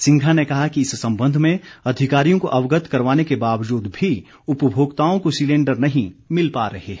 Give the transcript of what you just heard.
सिंघा ने कहा कि इस संबंध में अधिकारियों को अवगत करवाने के बावजूद भी उपभोक्ताओं को सिलेंडर नहीं मिल पा रहे हैं